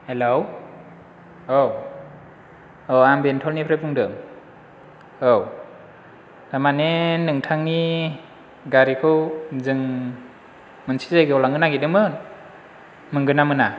hello औ औ आं बेंथलनिफ्राय बुंदों औ थारमानि नोंथांनि गारिखौ जों मोनसे जायगायाव लांनो नागिरदोंमोन मोनगोन ना मोना